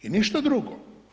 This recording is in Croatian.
I ništa drugo.